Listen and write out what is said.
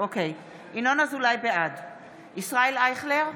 ישראל אייכלר,